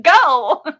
go